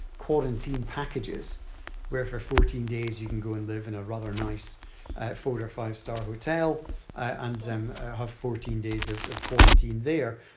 quarantine packages where for fourteen days you can go and live in a rather nice four or five-star hotel and um have fourteen days of of quarantine there.